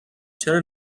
چرا